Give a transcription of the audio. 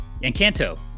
Encanto